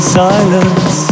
silence